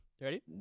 Ready